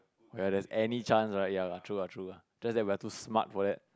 while there is any change right ya lah true ah true ah just that we are too smart for that